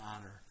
honor